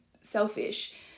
selfish